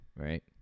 right